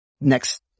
next